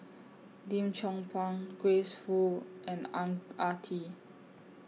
Lim Chong Pang Grace Fu and Ang Ah Tee